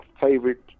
favorite